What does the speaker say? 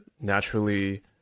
naturally